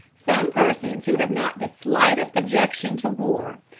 some persons who have not the slightest objection to war,